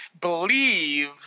believe